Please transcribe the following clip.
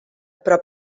però